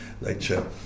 lecture